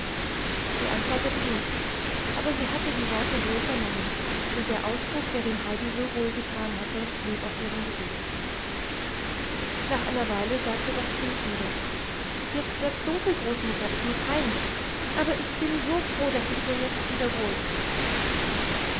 sie antwortete nichts aber sie hatte die worte wohl vernommen und der ausdruck der dem heidi so wohl getan hatte blieb auf ihrem gesicht nach einer weile sagte das kind wieder jetzt wird's dunkel großmutter ich muß heim aber ich bin so froh daß es dir jetzt wieder wohl ist